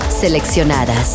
Seleccionadas